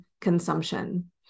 consumption